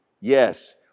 Yes